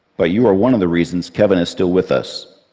but you are one of the reasons kevin is still with us.